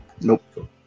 Nope